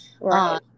right